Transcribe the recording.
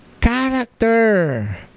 Character